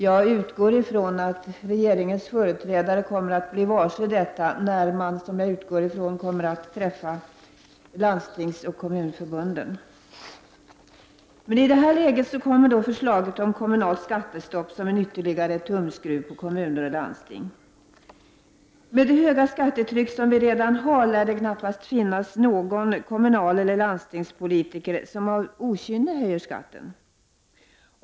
Jag utgår från att regeringens företrädare kommer att bli varse detta när man, som jag också utgår från, kommer att träffa företrädare för Landstingsförbundet och Kommunförbundet. I detta läge kommer så förslaget om kommunalt skattestopp som en ytterligare tumskruv på kommuner och landsting. Med det höga skattetryck som vi redan har lär det knappast finnas någon kommunaleller landstingspolitiker som av okynne höjer skatten.